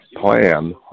plan